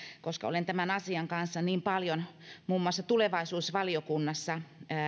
koska olen tämän asian kanssa niin paljon muun muassa tulevaisuusvaliokunnassa